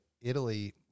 italy